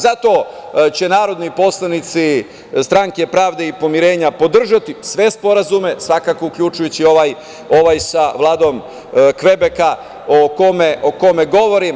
Zato će narodni poslanici Stranke pravde i pomirenja podržati sve sporazume, svakako uključujući i ovaj sa Vladom Kvebeka o kome govorim.